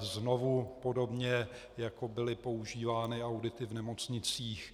znovu, podobně jako byly používány audity v nemocnicích.